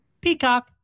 Peacock